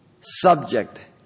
subject